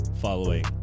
following